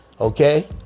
okay